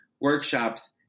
workshops